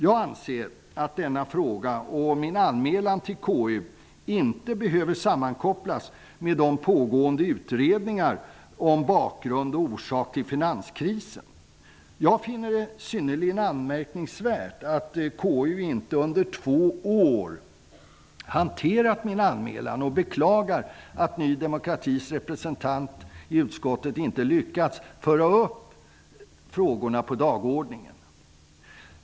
Jag anser att denna fråga och min anmälan till KU inte behöver sammankopplas med pågående utredningar om bakgrund och orsaker till finanskrisen. Jag finner det synnerligen anmärkningsvärt att KU under de här två åren inte har hanterat min anmälan, och jag beklagar att Ny demokratis representant i utskottet inte lyckats föra upp frågorna på dagordningen.